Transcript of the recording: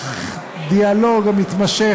הדיאלוג המתמשך,